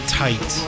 tight